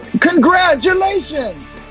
congratulations!